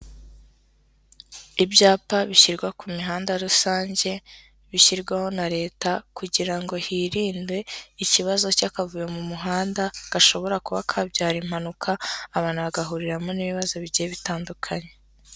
Ibyapa bishyirwa ku mihanda rusange bishyirwaho na Leta kugira ngo hirindwe ikibazo cy'akavuyo mu muhanda, gashobora kuba kabyara impanuka abantu hagahuriramo n'ibibazo bigiye bitandukanye.